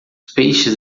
peixes